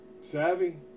savvy